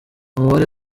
umubare